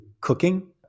cooking